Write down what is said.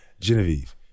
Genevieve